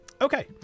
okay